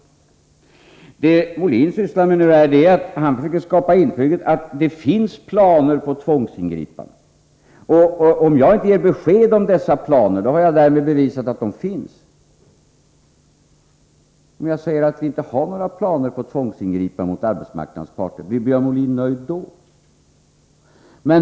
Vad Björn Molin sysslar med är att han försöker skapa intryck av att det finns planer på tvångsingripanden. Om jag ger besked om dessa planer har jag därmed bevisat att de finns. Om jag säger att vi inte har några planer på tvångsingripanden mot arbetsmarknadens parter, blir Björn Molin nöjd då?